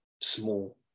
small